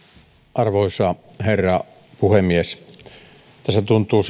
arvoisa herra puhemies tässä tuntuu